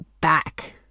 back